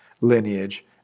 lineage